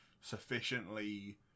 sufficiently